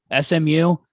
smu